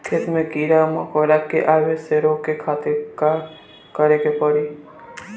खेत मे कीड़ा मकोरा के आवे से रोके खातिर का करे के पड़ी?